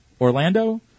Orlando